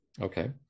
Okay